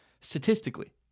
statistically